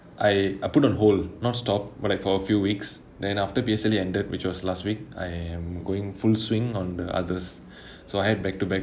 I I put on hold not stop but like for a few weeks then after P_S_L_E ended which was last week I am going full swing on the others so I had back-to-back